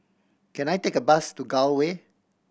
can I take a bus to Gul Way